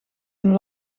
een